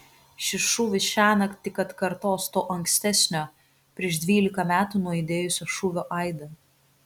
šis šūvis šiąnakt tik atkartos to ankstesnio prieš dvylika metų nuaidėjusio šūvio aidą